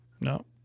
No